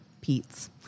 Pete's